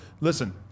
listen